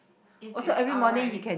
is is alright